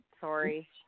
Sorry